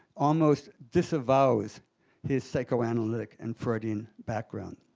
almost disavows his psychoanalytic and freudian background.